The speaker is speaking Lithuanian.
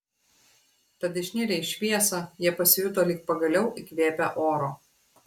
tad išnirę į šviesą jie pasijuto lyg pagaliau įkvėpę oro